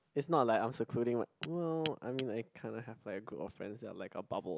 it's not like I'm secluding what well I mean I kind of have like a group of friends that are like a bubble